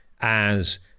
as-